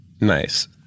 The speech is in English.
nice